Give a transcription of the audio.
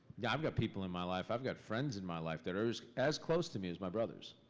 yeah, i've got people in my life, i've got friends in my life that are as as close to me as my brothers.